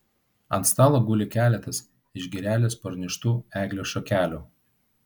ant stalo guli keletas iš girelės parneštų ėglio šakelių